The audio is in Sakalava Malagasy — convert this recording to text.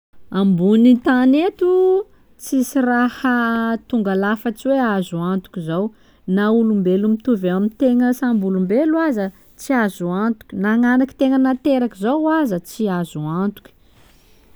Amboniny tany eto, tsisy raha tongalafatsy hoe azo antoky zao na olombelo mitovy amin-tegna samy olombelo aza tsy azo antoky na gn'anakin-tegna nateraky tegna zao aza tsy azo antoky.